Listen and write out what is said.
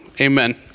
amen